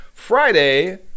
Friday